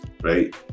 right